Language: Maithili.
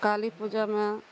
काली पूजामे